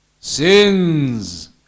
sins